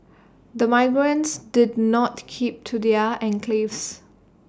the migrants did not keep to their enclaves